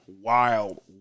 wild